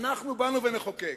אנחנו באנו, ונחוקק.